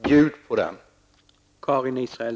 Bjud på det!